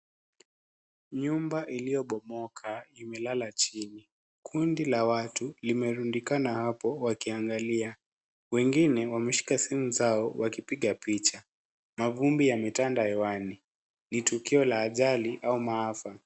Nyumba iliyobomoka imelala chini ,kundi la watu limerundikana hapo wakiangalia ,wengine wameshika simu zao wakipiga picha ,mavumbi yametanda hewani , ni tukio la ajali au maafa.